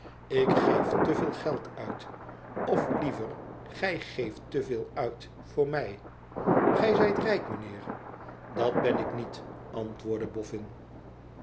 tik geef te veel geld uit of liever gij geeft te veel uit voor mij gij zijt rijk mijnheer dat ben ik niet antwoordde